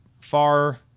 far